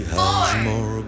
four